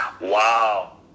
Wow